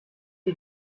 die